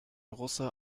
russe